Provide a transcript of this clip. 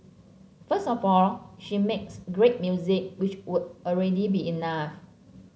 first of all she makes great music which would already be enough